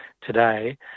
today